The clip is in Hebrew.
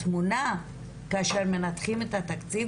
התמונה כאשר מנתחים את התקציב,